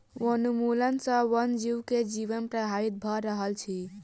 वनोन्मूलन सॅ वन जीव के जीवन प्रभावित भ रहल अछि